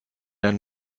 ein